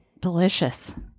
delicious